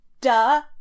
duh